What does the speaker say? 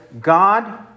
God